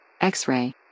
X-ray